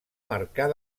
marcar